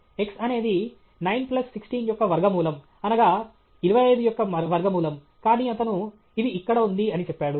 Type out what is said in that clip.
x అనేది 9 plus 16 యొక్క వర్గమూలం అనగా 25 యొక్క వర్గమూలం కానీ అతను ఇది ఇక్కడ ఉంది అని చెప్పాడు